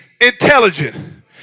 intelligent